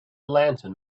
lantern